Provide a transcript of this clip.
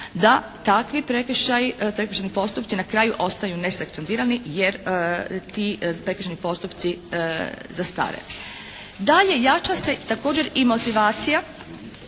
da takvi prekršaji, prekršajni postupci na kraju ostaju nesankcionirani jer ti prekršajni postupci zastare. Dalje. Jača se također i motivacija